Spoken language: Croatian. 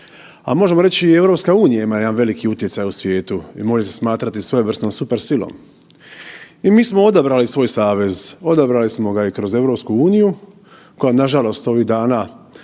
a možemo reći i EU ima jedan veliki utjecaj u svijetu i može se smatrati svojevrsnom supersilom. I mi smo odabrali svoj savez, odabrali smo ga i kroz EU, koja nažalost ovih dana